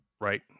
right